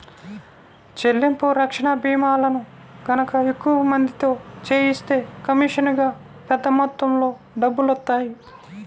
చెల్లింపు రక్షణ భీమాలను గనక ఎక్కువ మందితో చేయిస్తే కమీషనుగా పెద్ద మొత్తంలో డబ్బులొత్తాయి